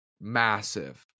massive